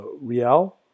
Rial